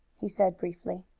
he said briefly.